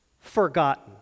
Forgotten